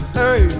hey